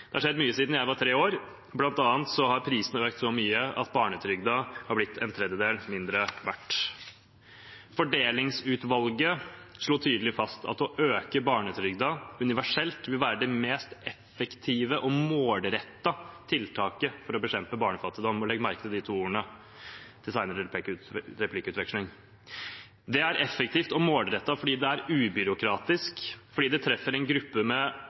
Det har skjedd mye siden jeg var tre år, bl.a. har prisene økt så mye at barnetrygden har blitt en tredjedel mindre verdt. Fordelingsutvalget slo tydelig fast at å øke barnetrygden universelt ville være det mest effektive og målrettede tiltaket for å bekjempe barnefattigdom. Legg merke til de to ordene til senere replikkutveksling! Det er effektivt og målrettet fordi det er ubyråkratisk, fordi det treffer en gruppe med